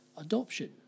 adoption